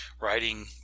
writing